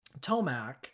tomac